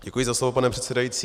Děkuji za slovo, pane předsedající.